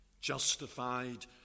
justified